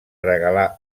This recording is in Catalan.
regalar